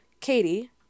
Katie